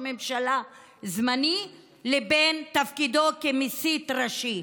ממשלה זמני לבין תפקידו כמסית ראשי.